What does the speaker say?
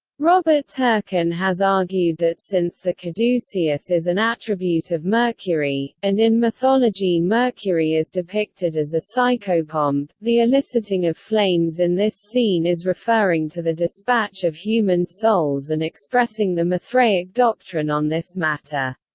robert turcan has argued that since the caduceus is an attribute of mercury, and in mythology mercury is depicted as a psychopomp, the eliciting of flames in this scene is referring to the dispatch of human souls and expressing the mithraic doctrine on this matter.